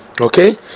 Okay